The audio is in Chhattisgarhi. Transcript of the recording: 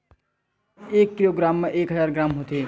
एक किलोग्राम मा एक हजार ग्राम होथे